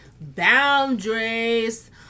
boundaries